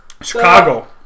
Chicago